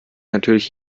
natürlich